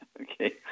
Okay